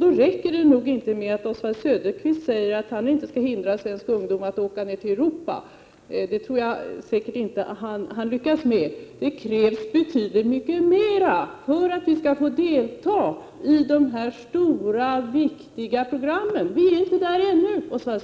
Då räcker det nog inte med att Oswald Söderqvist säger att han inte skall hindra svensk ungdom att åka ner till Europa, och det tror jag inte heller att han lyckas med. Det krävs betydligt mycket mera för att vi skall få delta i de här stora, viktiga programmen. Vi är inte där ännu. Oswald